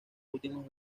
últimas